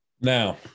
Now